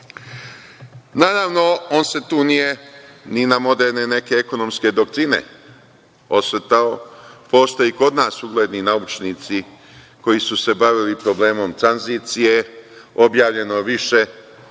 jesam. Naravno, on se tu nije ni na moderne neke ekonomske doktrine osvrtao. Postoji i kod nas ugledni naučnici koji su se bavili problemom tranzicije, objavljeno je